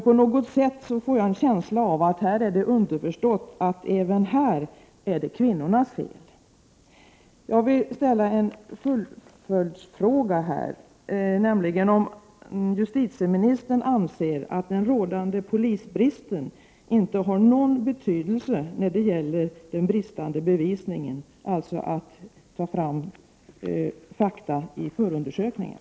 På något sätt får jag ändock en känsla av att det även här är underförstått att det är kvinnornas fel. Jag vill ställa en följdfråga. Anser justitieministern att den rådande polisbristen inte har någon betydelse när det gäller den bristande bevisningen, framtagandet av fakta i förundersökningen?